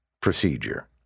procedure